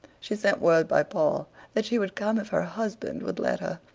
she sent word by paul that she would come if her husband would let her.